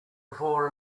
before